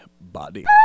body